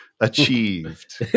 achieved